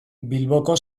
bilboko